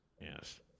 Yes